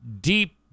Deep